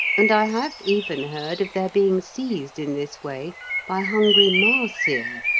and i have even heard of their being seized in this way by hungry mahseer,